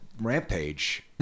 rampage